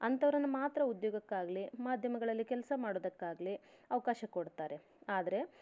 ಅಂಥವರನ್ನ ಮಾತ್ರ ಉದ್ಯೋಗಕ್ಕಾಗಲಿ ಮಾಧ್ಯಮಗಳಲ್ಲಿ ಕೆಲಸ ಮಾಡೋದಕ್ಕಾಗಲಿ ಅವಕಾಶ ಕೊಡ್ತಾರೆ ಆದರೆ